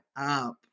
up